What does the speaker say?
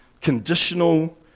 conditional